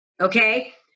Okay